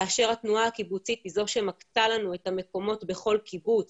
כאשר התנועה הקיבוצית היא זו שמקצה לנו את המקומות בכל קיבוץ